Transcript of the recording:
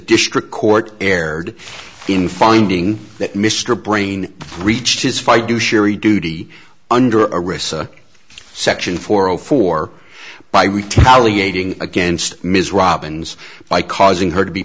district court erred in finding that mr brain reached his fight to sherry duty under a recess section four o four by retaliating against ms robbins by causing her to be